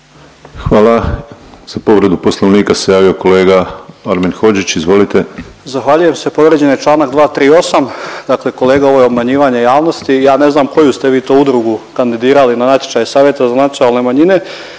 Hvala. Za povredu Poslovnika se javio kolega Armin Hodžić, izvolite. **Hodžić, Armin (Nezavisni)** Zahvaljujem se. Povrijeđen je čl. 238, dakle kolega, ovo je obmanjivanje javnosti. Ja ne znam koju ste vi to udrugu kandidirali na natječaj Savjeta za nacionalne manjine